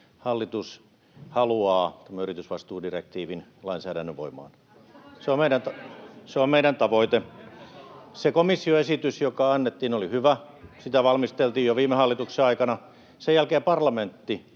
Hallitus haluaa tämän yritysvastuudirektiivin lainsäädännön voimaan. [Hälinää vasemmalta] Se on meidän tavoite. Se komission esitys, joka annettiin, oli hyvä. Sitä valmisteltiin jo viime hallituksen aikana. Sen jälkeen parlamentti